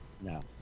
No